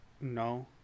No